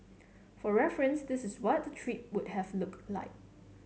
for reference this is what the trip would have looked like